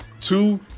two